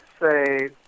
say